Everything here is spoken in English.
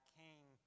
came